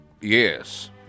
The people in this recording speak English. Yes